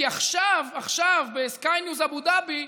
כי עכשיו, עכשיו ב-Sky News אבו דאבי,